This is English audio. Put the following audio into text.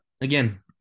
Again